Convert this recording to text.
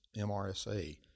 MRSA